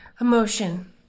emotion